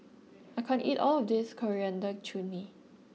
I can't eat all of this Coriander Chutney